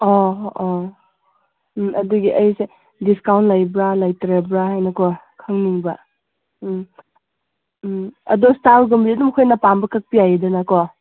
ꯑꯣꯍꯣ ꯑꯣ ꯎꯝ ꯑꯗꯨꯒꯤ ꯑꯩꯁꯦ ꯗꯤꯁꯀꯥꯎꯟ ꯂꯩꯕ꯭ꯔꯥ ꯂꯩꯇ꯭ꯔꯕ꯭ꯔꯥ ꯍꯥꯏꯅꯀꯣ ꯈꯪꯅꯤꯡꯕ ꯎꯝ ꯎꯝ ꯑꯗꯣ ꯁ꯭ꯇꯥꯏꯜꯒꯨꯝꯕꯗꯤ ꯑꯗꯨꯝ ꯑꯩꯈꯣꯏꯅ ꯄꯥꯝꯕ ꯀꯛꯄ ꯌꯥꯏꯗꯅꯀꯣ